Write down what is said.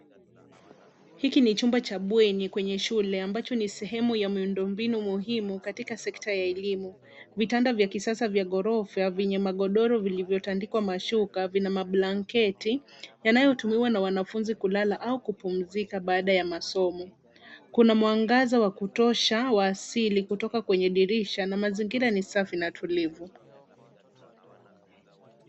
Hiki ni chumba cha bweni kwenye shule ambacho ni sehemu miundombinu muhimu katika sekta ya elimu. Vitanda vya kisasa vya ghorofa venye magodoro vilivyotandikwa mashuka vina mablanketi, yanayotumiwa na wanafunzi kulala au kupunzika baada ya masomo. Kuna mwangaza wa kutosha wa asili kutoka kenye dirisha na mazingira ni safi na tulivu.